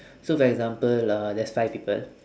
so for example lah there's five people